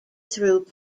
through